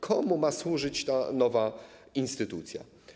Komu ma służyć ta nowa instytucja?